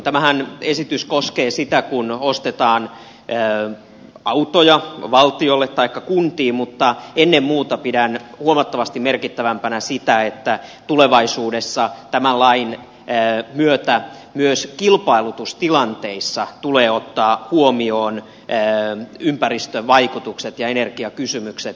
tämä esityshän koskee sitä kun ostetaan autoja valtiolle taikka kuntiin mutta ennen muuta pidän huomattavasti merkittävämpänä sitä että tulevaisuudessa tämän lain myötä myös kilpailutustilanteissa tulee ottaa huomioon ympäristön vaikutukset ja energiakysymykset